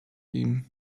him